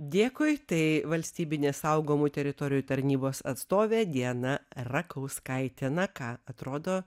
dėkui tai valstybinės saugomų teritorijų tarnybos atstovė diana rakauskaitė na ką atrodo